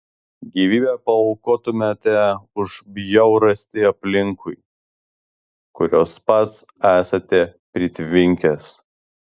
gyvybę paaukotumėte už bjaurastį aplinkui kurios pats esate pritvinkęs